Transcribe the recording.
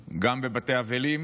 גם בבתי אבלים,